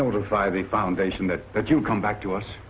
notify the foundation that that you come back to us